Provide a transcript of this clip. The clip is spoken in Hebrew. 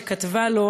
שכתבה לו,